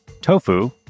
Tofu